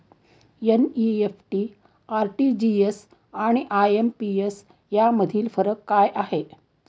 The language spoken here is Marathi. एन.इ.एफ.टी, आर.टी.जी.एस आणि आय.एम.पी.एस यामधील फरक काय आहे?